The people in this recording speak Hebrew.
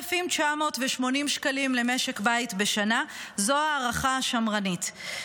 8,980 שקלים למשק בית בשנה, זו ההערכה השמרנית.